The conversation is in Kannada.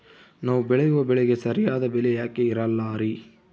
ನಾವು ಬೆಳೆಯುವ ಬೆಳೆಗೆ ಸರಿಯಾದ ಬೆಲೆ ಯಾಕೆ ಇರಲ್ಲಾರಿ?